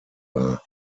war